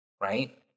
right